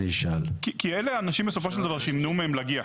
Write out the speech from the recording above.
כי אלה אנשים שימנעו מהם להגיע,